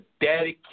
dedication